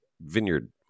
vineyard